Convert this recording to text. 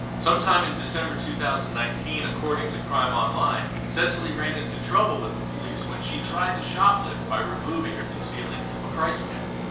sometime in december, two thousand and nineteen, according to crime online, cecily ran into trouble with the police when she tried to shoplift by removing or concealing a price tag.